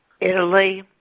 Italy